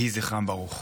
יהי זכרם ברוך.